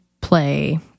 play